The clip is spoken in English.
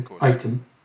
item